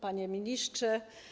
Panie Ministrze!